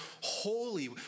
holy